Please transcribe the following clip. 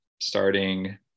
starting